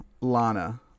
Lana